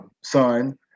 son